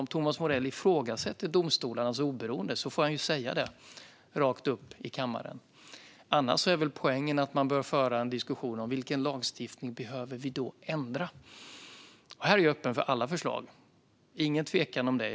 Om Thomas Morell ifrågasätter domstolarnas oberoende får han säga det rakt ut i kammaren. Annars är väl poängen att man bör föra en diskussion om vilken lagstiftning som vi då behöver ändra. Här är jag öppen för alla förslag, ingen tvekan om det.